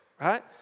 right